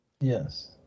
Yes